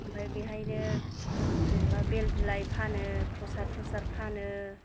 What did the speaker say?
ओमफ्राय बेहायनो जेनबा बेल बिलाइ फानो प्रसाद तसाद फानो